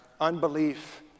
unbelief